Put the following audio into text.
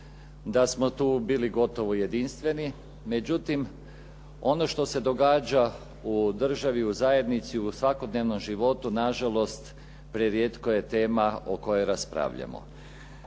da smo tu bili gotovo jedinstveni. Međutim, ono što se događa u državi, u zajednici, u svakodnevnom životu nažalost prerijetko je tema o kojoj raspravljamo.